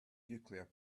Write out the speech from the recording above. nuclear